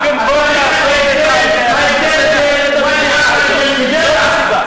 ראית את ההבדל בין ואדי-עארה לבין חדרה?